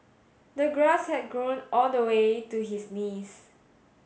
the grass had grown all the way to his knees